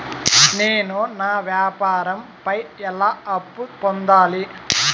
నేను నా వ్యాపారం పై ఎలా అప్పు పొందాలి?